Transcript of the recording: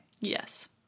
Yes